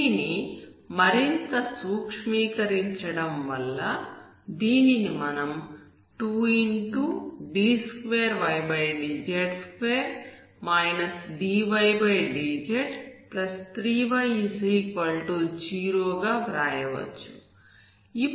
దీనిని మరింత సూక్ష్మీకరించడం వల్ల దీనిని మనం 2d2ydz2 dydz3y0 గా వ్రాయవచ్చు